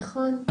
נכון.